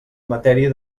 matèria